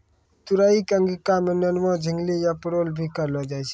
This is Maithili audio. तुरई कॅ अंगिका मॅ नेनुआ, झिंगली या परोल भी कहलो जाय छै